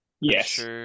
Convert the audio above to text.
yes